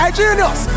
genius